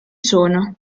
sono